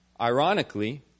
Ironically